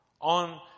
on